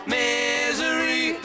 misery